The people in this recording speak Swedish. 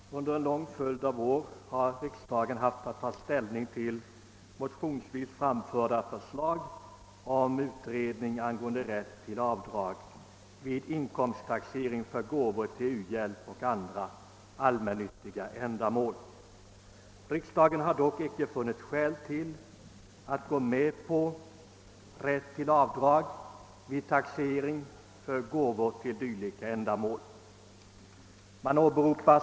Herr talman! Under en lång följd av år har riksdagen haft att ta ställning till motionsvis framförda förslag om utredning angående rätt till avdrag vid inkomsttaxering för gåvor till u-hjälp och andra allmännyttiga ändamål. Riksdagen har dock inte funnit skäl att gå med på rätt till avdrag vid taxering för gåvor till dylika ändamål.